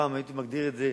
פעם הייתי מגדיר את זה,